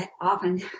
often